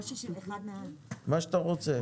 מה שאתה רוצה.